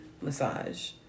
massage